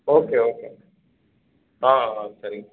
okay okay ஆ ஆ சரிங்க